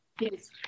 Yes